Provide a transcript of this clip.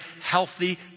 healthy